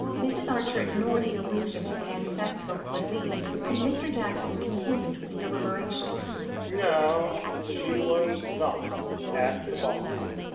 mrs. archer ignored the allusion to the ancestral cuisine and mr. jackson continued with deliberation no, she was not at the ball.